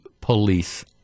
police